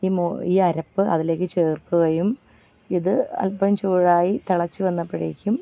ഈ മോരു ഈ അരപ്പ് അതിലേക്ക് ചേർക്കുകയും ഇത് അൽപ്പം ചൂടായി തിളച്ച് വന്നപ്പോഴേക്കും